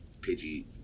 Pidgey